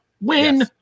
Win